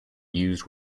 used